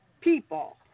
people